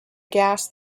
gas